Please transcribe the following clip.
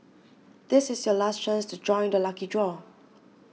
this is your last chance to join the lucky draw